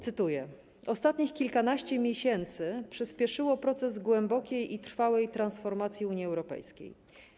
Cytuję: Ostatnich kilkanaście miesięcy przyspieszyło proces głębokiej i trwałej transformacji Unii Europejskiej.